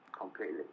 completely